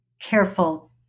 careful